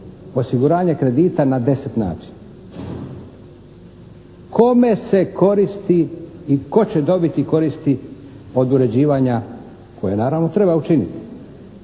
osiguranje kredita na 10 načina. Kome se koristi i tko će dobiti koristi od uređivanja koje naravno treba učiniti